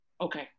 okay